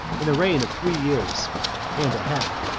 in a reign of three years and a half,